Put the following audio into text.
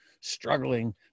struggling